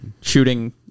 Shooting